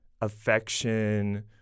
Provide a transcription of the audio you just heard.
affection